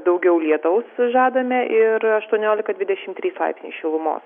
daugiau lietaus žadame ir aštuoniolika dvidešimt trys laipsniai šilumos